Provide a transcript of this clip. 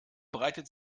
breitet